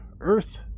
Earth